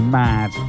mad